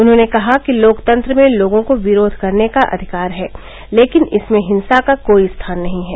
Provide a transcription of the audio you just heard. उन्होंने कहा कि लोकतंत्र में लोगों को विरोध करने का अधिकार है लेकिन इसमें हिंसा का कोई स्थान नहीं है